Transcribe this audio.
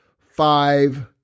five